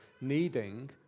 needing